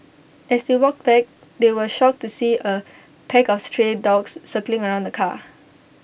as they walked back they were shocked to see A pack of stray dogs circling around the car